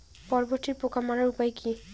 বরবটির পোকা মারার উপায় কি?